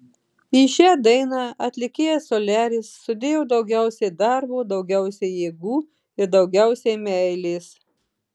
į šią dainą atlikėjas soliaris sudėjo daugiausiai darbo daugiausiai jėgų ir daugiausiai meilės